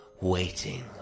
waiting